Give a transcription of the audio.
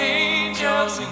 angels